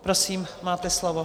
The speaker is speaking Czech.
Prosím, máte slovo.